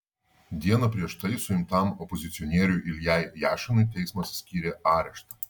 dieną prieš tai suimtam opozicionieriui iljai jašinui teismas skyrė areštą